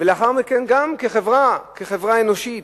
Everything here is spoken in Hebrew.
ולאחר מכן גם כחברה, כחברה אנושית,